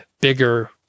bigger